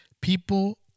people